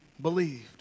believed